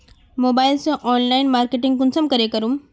Mobile से online marketing कुंसम के करूम?